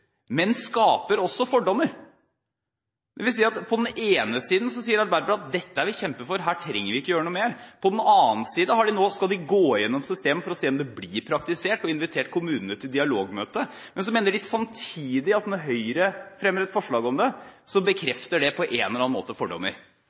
men skaper samtidig fordommer». Det vil si at på den ene siden så sier Arbeiderpartiet at dette har de kjempet for, her trenger de ikke gjøre noe mer. På den annen side skal de nå gå igjennom systemet for å se hvordan det blir praktisert og har invitert kommunene til dialogmøte, men mener samtidig at når Høyre fremmer et forslag om det, så